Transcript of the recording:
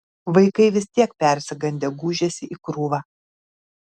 vaikai vis tiek persigandę gūžėsi į krūvą